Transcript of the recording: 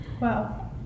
Wow